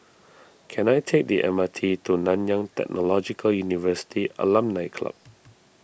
can I take the M R T to Nanyang Technological University Alumni Club